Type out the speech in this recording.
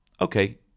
okay